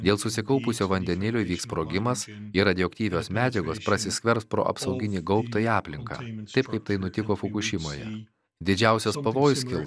dėl susikaupusio vandenilio įvyks sprogimas ir radioaktyvios medžiagos prasiskverbs pro apsauginį gaubtą į aplinką taip kaip tai nutiko fukušimoje didžiausias pavojus kil